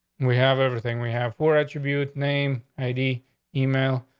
we have everything we have four attribute. name i d email.